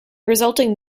resulting